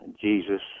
Jesus